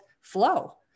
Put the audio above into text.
Flow